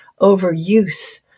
overuse